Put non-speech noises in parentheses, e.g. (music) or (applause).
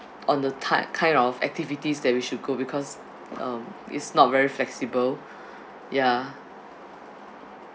on the type kind of activities that we should go because um it's not very flexible (breath) ya